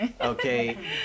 Okay